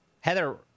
Heather